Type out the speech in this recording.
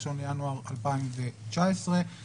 ב-1 בינואר 2019. כזכור,